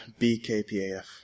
BKPAF